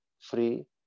free